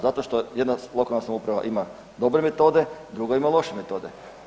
Zato što jedna lokalna samouprava ima dobre metode, druga ima loše metode.